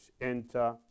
enter